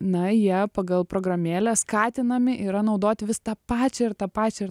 na jie pagal programėlę skatinami yra naudoti vis tą pačią ir tą pačią ir